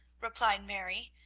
replied mary.